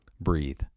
Breathe